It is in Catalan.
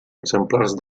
exemplars